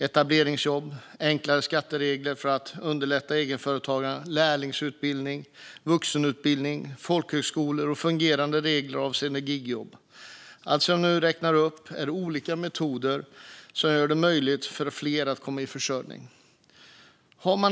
Etableringsjobb, enklare skatteregler för att underlätta egenföretagande, lärlingsutbildning, vuxenutbildning, folkhögskolor och fungerande regler avseende gigjobb - allt som jag nu räknar upp är olika metoder som gör det möjligt för fler att komma i försörjning.